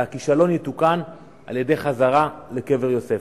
והכישלון יתוקן על-ידי חזרה לקבר-יוסף.